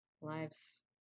lives